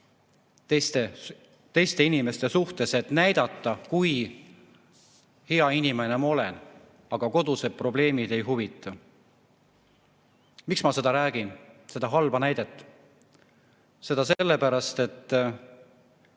teiste inimeste suhtes, et näidata, kui hea inimene ma olen. Aga kodused probleemid ei huvita. Miks ma sellest räägin, sellest halvast näitest? Sellepärast, et